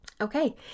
Okay